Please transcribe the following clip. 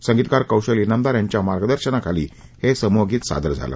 संगितकार कौशल ज्ञामदार यांच्या मार्गदर्शनाखाली हे समूहगीत सादर झालं